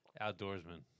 Outdoorsman